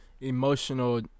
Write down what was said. emotional